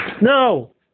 No